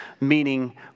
meaning